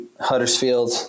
Huddersfield